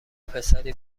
پسری